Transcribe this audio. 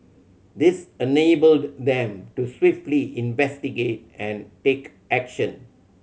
this enabled them to swiftly investigate and take action